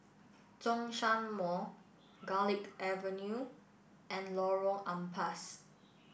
Zhongshan Mall Garlick Avenue and Lorong Ampas